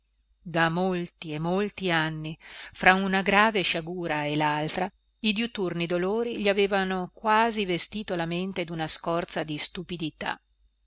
da molti e molti anni fra una grave sciagura e laltra i diuturni dolori gli avevano quasi vestito la mente duna scorza di stupidità